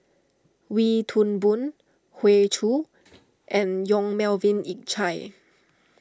Wee Toon Boon Hoey Choo and Yong Melvin Yik Chye